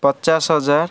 ପଚାଶ ହଜାର